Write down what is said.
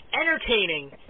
entertaining